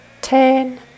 ten